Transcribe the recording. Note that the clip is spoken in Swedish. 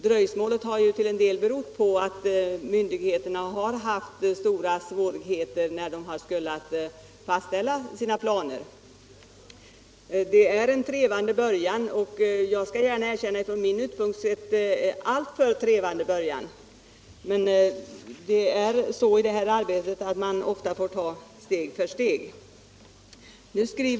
Dröjsmålet har till en del berott på att myndigheterna har haft stora svårigheter med att fastställa sina planer. Det är en trevande början, och jag skall gärna erkänna att den från min utgångspunkt är alltför trevande. Man får ofta ta detta arbete steg för steg.